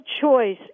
choice